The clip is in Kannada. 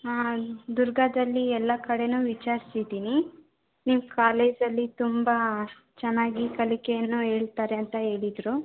ಹಾಂ ದುರ್ಗದಲ್ಲಿ ಎಲ್ಲ ಕಡೆಯೂ ವಿಚಾರಿಸಿದ್ದೀನಿ ನಿಮ್ಮ ಕಾಲೇಜಲ್ಲಿ ತುಂಬ ಚೆನ್ನಾಗಿ ಕಲಿಕೆಯನ್ನು ಹೇಳ್ತಾರೆ ಅಂತ ಹೇಳಿದರು